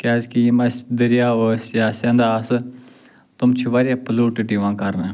کیٛازکہِ یِم اَسہِ دٔریاو ٲسۍ یا سٮ۪نٛدٕ آسہٕ تِم چھِ واریاہ پٕلوٗٹٕڈ یِوان کرنہٕ